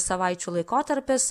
savaičių laikotarpis